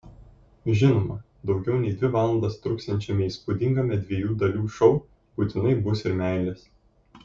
žinoma daugiau nei dvi valandas truksiančiame įspūdingame dviejų dalių šou būtinai bus ir meilės